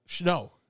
No